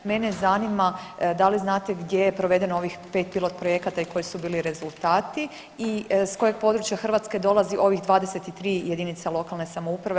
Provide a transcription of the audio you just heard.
Mene zanima da li znate gdje je provedeno ovih 5 pilot projekata i koji su bili rezultati i s kojeg područja Hrvatske dolazi ovih 22 jedinice lokalne samouprave?